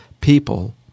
people